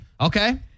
Okay